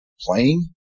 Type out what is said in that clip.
playing